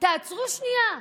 תעצרו שנייה,